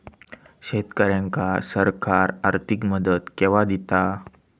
शेतकऱ्यांका सरकार आर्थिक मदत केवा दिता?